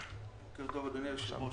בוקר טוב אדוני היושב ראש.